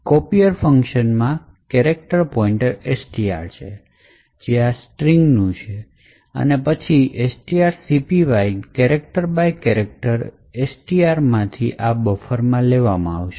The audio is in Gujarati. copier ફંકશન માં character pointer STR છે જેનું આ સ્ટ્રિંગ string pointer છે અને પછી strcpy ને કેરેક્ટર બાય કરેક્ટર STR માથી આ બફરમાં લેવામાં આવશે